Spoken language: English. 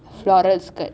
floral skirt